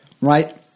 right